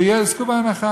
שיעסקו בהנחה.